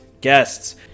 guests